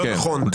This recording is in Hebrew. לא נכון.